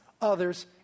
others